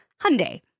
Hyundai